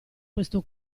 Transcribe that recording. questo